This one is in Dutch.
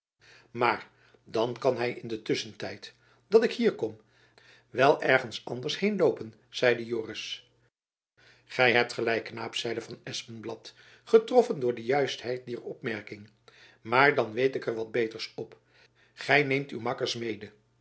mair dan kan hy in den tusschentijd dat ik jacob van lennep elizabeth musch hier kom wel iewers anders zijn hein'eloopen zeide joris gy hebt gelijk knaap zeide van espenblad getroffen door de juistheid dier opmerking maar dan weet ik er wat beters op gy neemt uw makkers mede